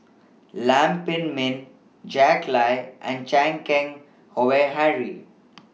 Lam Pin Min Jack Lai and Chan Keng Howe Harry